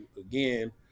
again